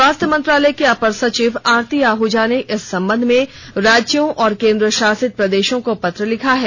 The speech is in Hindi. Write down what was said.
स्वास्थ्य मंत्रालय में अपर सचिव आरती आहूजा ने इस संबंध में राज्यों और केन्द्रशासित प्रदेशों को पत्र लिखा है